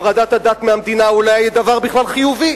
הפרדת הדת מהמדינה היא אולי דבר חיובי.